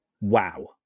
wow